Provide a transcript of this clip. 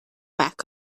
back